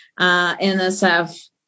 NSF